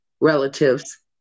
relatives